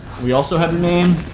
we also have the name,